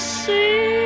see